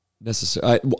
necessary